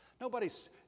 Nobody's